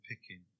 picking